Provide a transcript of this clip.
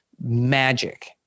magic